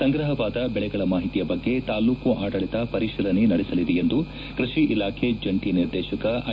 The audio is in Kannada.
ಸಂಗ್ರಹವಾದ ಬೆಳೆಗಳ ಮಾಹಿತಿಯ ಬಗ್ಗೆ ತಾಲೂಕು ಆಡಳತ ಪರಿಶೀಲನೆ ನಡೆಸಲಿದೆ ಎಂದು ಕೃಷಿ ಇಲಾಖೆ ಜಂಟಿ ನಿರ್ದೇಶಕ ಐ